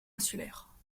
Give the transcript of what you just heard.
insulaire